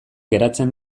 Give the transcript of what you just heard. geratzen